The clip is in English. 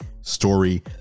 story